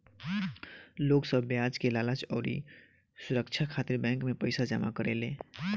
लोग सब ब्याज के लालच अउरी सुरछा खातिर बैंक मे पईसा जमा करेले